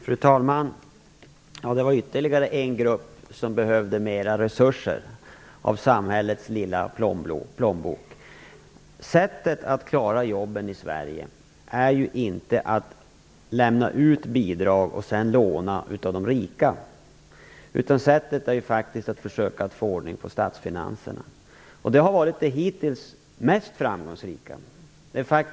Fru talman! Det var ytterligare en grupp som behöver mera resurser av samhällets lilla plånbok. Sättet att klara jobben i Sverige är inte att lämna ut bidrag och sedan låna av de rika. Sättet är faktiskt att försöka få ordning på statsfinanserna. Det har varit det hittills mest framgångsrika.